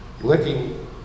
licking